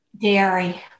Dairy